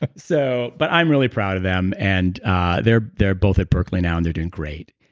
ah so but, i'm really proud of them and ah they're they're both at berkeley now and they're doing great.